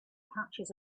patches